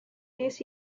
this